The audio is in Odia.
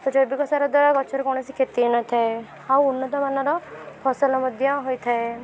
ଜୈବିକ ସାର ଦ୍ୱାରା ଗଛର କୌଣସି କ୍ଷତି ହୋଇନଥାଏ ଆଉ ଉନ୍ନତମାନର ଫସଲ ମଧ୍ୟ ହୋଇଥାଏ